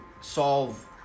solve